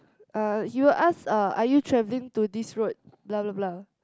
uh he will ask uh are you travelling to this road blah blah blah